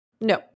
No